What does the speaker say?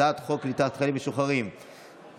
הצעת חוק קליטת חיילים משוחררים (תיקון,